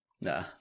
Nah